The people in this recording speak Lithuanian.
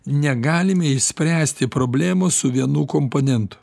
negalime išspręsti problemos su vienu komponentu